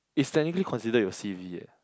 is technically considered your c_v eh